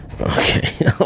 Okay